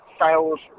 sales